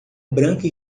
branca